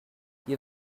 you